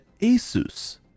Asus